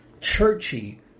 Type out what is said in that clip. churchy